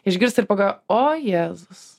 išgirst ir paga o jėzus